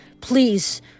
Please